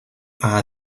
are